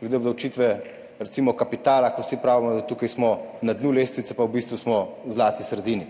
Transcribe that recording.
glede obdavčitve kapitala, ko vsi pravimo, da tukaj smo na dnu lestvice, pa smo v bistvu v zlati sredini.